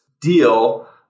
deal